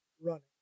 running